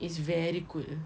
it's very cool